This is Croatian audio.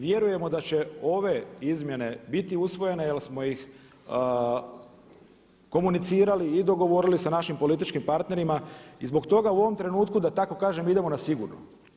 Vjerujemo da će ove izmjene biti usvojene jel smo ih komunicirali i dogovorili sa naših političkim partnerima i zbog toga u ovom trenutku, da tako kažem, idemo na sigurno.